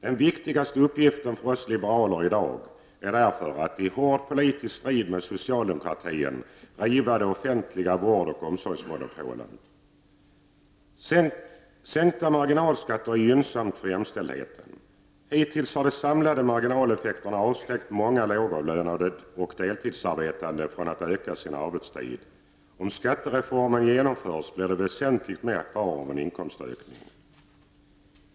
Den viktigaste uppgiften för oss liberaler i dag är därför att, i hård politisk strid med socialdemokratin, riva de offentliga vårdoch omsorgsmonopolen. Sänkta marginalskatter är gynnsamt för jämställdheten. Hittills har de samlade marginaleffekterna avskräckt många lågavlönade och deltidsarbetande från att öka sin arbetstid. Om skattereformen genomförs blir det väsentligt mer kvar av en inkomstökning.